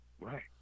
Right